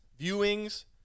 viewings